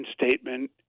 statement